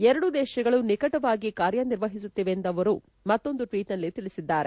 ಎರಡೂ ದೇಶಗಳು ನಿಕಟವಾಗಿ ಕಾರ್ಯನಿರ್ವಹಿಸುತ್ತಿದೆ ಎಂದು ಅವರು ಮತ್ತೊಂದು ಟ್ವೀಟ್ನಲ್ಲಿ ತಿಳಿಸಿದ್ದಾರೆ